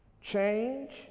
change